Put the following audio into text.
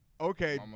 Okay